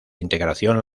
integración